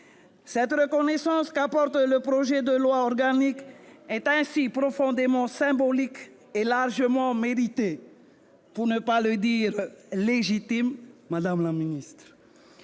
Cette reconnaissance qu'apporte le projet de loi organique est ainsi profondément symbolique et largement méritée, pour ne pas dire légitime, madame la ministre.